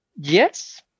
Yes